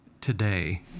today